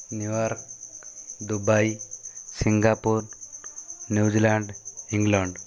New York Dubai Singapore New Zealand England